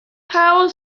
power